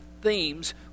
themes